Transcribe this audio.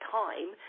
time